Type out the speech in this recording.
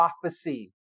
prophecy